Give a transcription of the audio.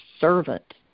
servant